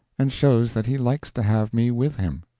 and shows that he likes to have me with him.